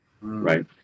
right